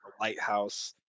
lighthouse